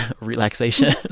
relaxation